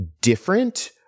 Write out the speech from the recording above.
different